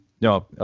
No